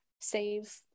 save